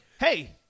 hey